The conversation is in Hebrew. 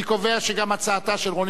אני קובע שגם הצעתה של חברת הכנסת